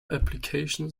applications